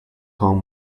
home